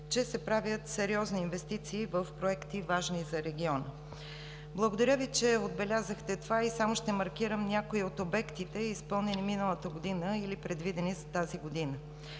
че се правят сериозни инвестиции в проекти, важни за региона. Благодаря Ви, че отбелязахте това, и само ще маркирам някои от обектите, изпълнени миналата година или предвидени за тази година.